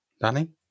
Danny